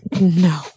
No